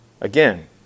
Again